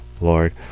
Lord